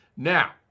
now